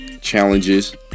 challenges